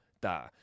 da